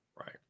Right